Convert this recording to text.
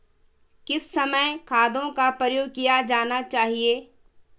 किस समय खादों का प्रयोग किया जाना चाहिए?